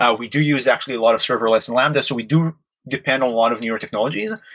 ah we do use actually a lot of serverless and lambda. so we do depend a lot of newer technologies.